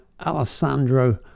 Alessandro